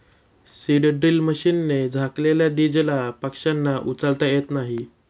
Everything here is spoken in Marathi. सीड ड्रिल मशीनने झाकलेल्या दीजला पक्ष्यांना उचलता येत नाही